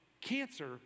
cancer